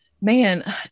man